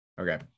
Okay